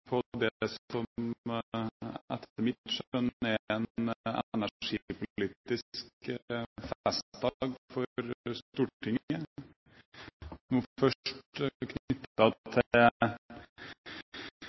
på det som etter mitt skjønn er en energipolitisk festdag for Stortinget – nå først